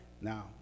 Now